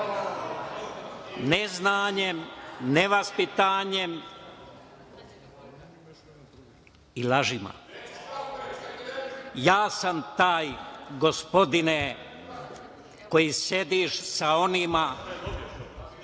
neznanjem, nevaspitanjem i lažima. Ja sam taj, gospodine koji sediš sa onima